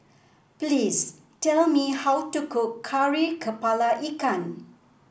please tell me how to cook Kari kepala Ikan